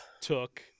took